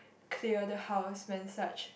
clear the house when such